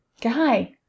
guy